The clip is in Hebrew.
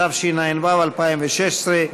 התשע"ו 2016,